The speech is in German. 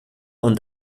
und